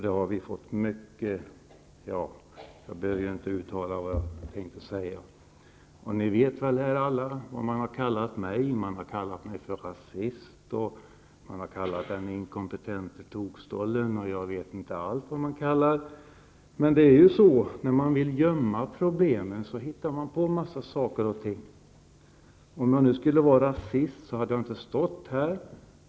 Det har vi fått mycket -- jag behöver inte uttala vad jag tänkte säga. Ni vet väl alla här vad man har kallat mig. Man har kallat mig för rasist, man har kallat mig för den inkompetente tokstollen, och jag vet inte allt. Men det är ju så, när man vill skymma problemen. Då hittar man på en massa saker och ting. Om jag skulle vara rasist, hade jag inte stått här.